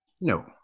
No